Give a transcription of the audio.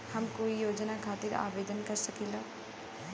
हम कोई योजना खातिर आवेदन कर सकीला?